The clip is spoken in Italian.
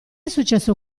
successo